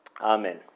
Amen